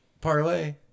parlay